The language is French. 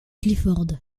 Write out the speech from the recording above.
clifford